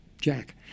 Jack